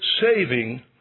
saving